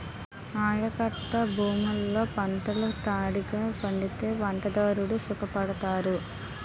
ఆయకట్టభూములలో పంటలు దండిగా పండితే పంటదారుడు సుఖపడతారు